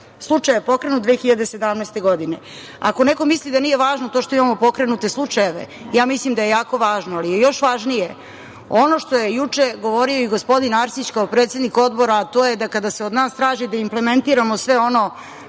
Slučaj je pokrenut 2017. godine. Ako neko misli da nije važno to što imamo pokrenute slučajeve, ja mislim da je jako važno. Ali još važnije je ono što je juče govorio i gospodin Arsić, kao predsednik odbora, a to je da kada se od nas traži da implementiramo sve ono